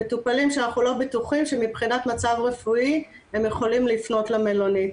מטופלים שאנחנו לא בטוחים שמבחינת מצב רפואי הם יכולים לפנות למלונית.